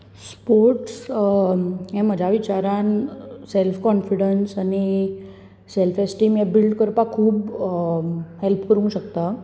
sports हें म्हज्या विचारान सेल्फ काॅन्फिडेन्स आनी सेल्फ एस्टिम हें बिल्ड करपाक खूब हेल्प करूंक शकता